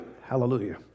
hallelujah